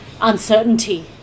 uncertainty